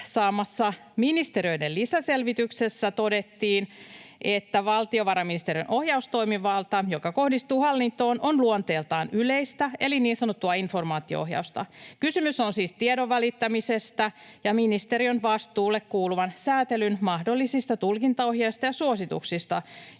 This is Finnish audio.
saamassa ministeriöiden lisäselvityksessä todettiin, että valtiovarainministeriön ohjaustoimivalta, joka kohdistuu hallintoon, on luonteeltaan yleistä eli niin sanottua informaatio-ohjausta. Kysymys on siis tiedon välittämisestä ja ministeriön vastuulle kuuluvan sääntelyn mahdollisista tulkintaohjeista ja suosituksista,